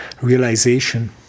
realization